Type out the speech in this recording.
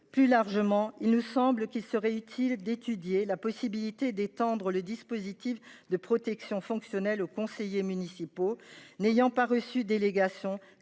Plus largement, il nous semblerait utile d’étudier la possibilité d’étendre le dispositif de protection fonctionnelle aux conseillers municipaux n’ayant pas reçu délégation.